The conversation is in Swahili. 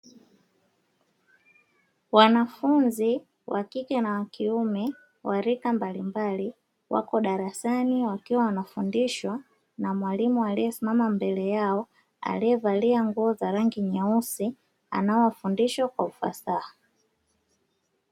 Wanafunzi wakike na wakiume wa rika mbalimbali, wako darasani wakiwa wanafundishwa na mwalimu aliyesimama mbele yao, aliyevalia nguo za rangi nyeusi anaowafundisha kwa ufasaha.